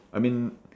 I mean